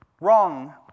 wrong